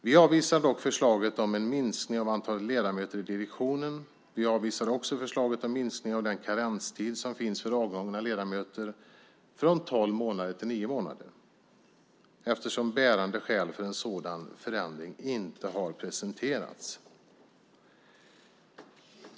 Vi avvisar dock förslaget om en minskning av antalet ledamöter i direktionen. Vi avvisar också förslaget om minskning av den karenstid som finns för avgångna ledamöter från tolv månader till nio månader eftersom bärande skäl för en sådan förändring inte har presenterats.